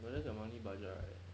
but that's your monthly budget right